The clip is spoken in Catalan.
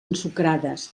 ensucrades